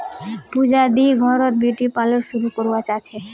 पूजा दी घर त ब्यूटी पार्लर शुरू करवा चाह छ